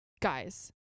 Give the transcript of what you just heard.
Guys